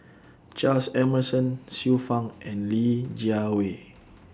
Charles Emmerson Xiu Fang and Li Jiawei